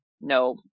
no